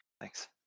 Thanks